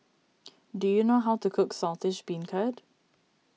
do you know how to cook Saltish Beancurd